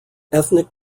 ethnic